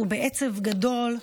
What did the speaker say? אנחנו בעצב גדול,